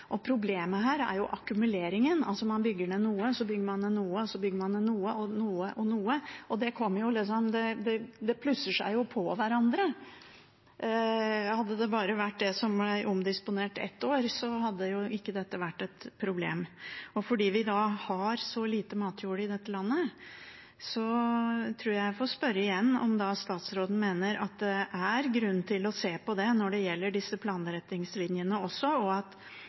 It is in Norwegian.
Problemet her er jo akkumuleringen, altså at man bygger ned noe, så bygger man ned noe mer, og så bygger man ned enda mer. Det plusser seg jo på hverandre. Hadde det bare vært det som ble omdisponert et år, hadde ikke dette vært et problem. Fordi vi har så lite matjord i dette landet, får jeg spørre igjen om statsråden mener det er grunn til å se på det når det gjelder disse planretningslinjene også, og at